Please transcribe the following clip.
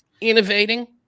innovating